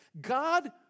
God